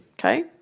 okay